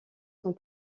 sont